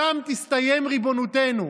שם תסתיים ריבונותנו.